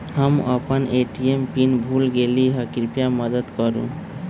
हम अपन ATM PIN भूल गेली ह, कृपया मदत करू